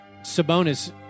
Sabonis